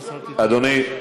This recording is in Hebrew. אה, סליחה, אדוני.